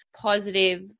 positive